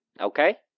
okay